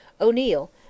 O'Neill